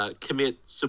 Commit